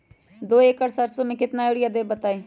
दो एकड़ सरसो म केतना यूरिया देब बताई?